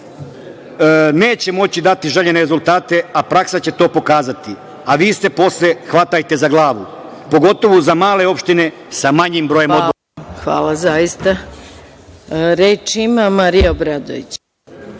neće moći dati željene rezultate, a praksa će to pokazati, a vi se posle hvatajte za glavu pogotovo za male opštine sa manjim brojem odbornika. **Maja Gojković**